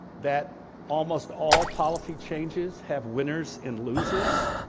that almost all policy changes have winners and losers,